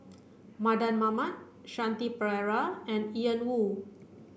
Mardan Mamat Shanti Pereira and Ian Woo